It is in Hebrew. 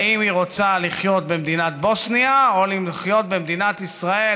האם היא רוצה לחיות במדינת בוסניה או לחיות במדינת ישראל,